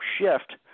shift